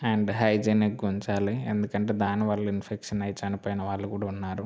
and hygienic ఉంచాలి ఎందుకంటే దాని వల్ల ఇన్ఫెక్షన్ అయి చనిపోయినవాళ్ళు కూడా ఉన్నారు